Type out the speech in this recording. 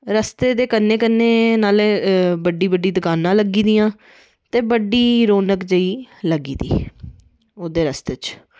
रस्ते दे कन्नै बडी बडी दकानां लगी दियां ते बड़ी रौनक जेही लगी दी उद्धर रस्ते च